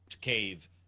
cave